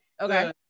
Okay